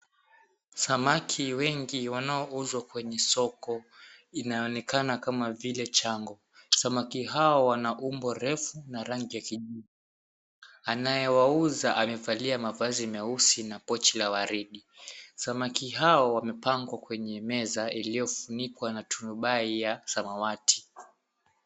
Samaki wengi wanaouzwa kwenye soko inaonekana kama vile chango, samaki hawa wana umbo refu, rangi ya kijivu, anayewauza amevalia mavazi meusi na pochi la waridi, samaki hawa wamepangwa kwenye meza iliyofunikwa na turubai ya samawati.